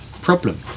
problem